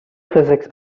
physics